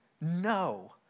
no